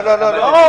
לא.